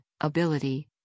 ability